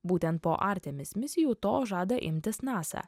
būtent po artemis misijų to žada imtis nasa